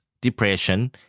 depression